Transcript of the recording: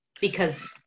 because-